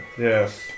Yes